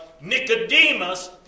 Nicodemus